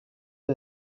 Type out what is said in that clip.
任职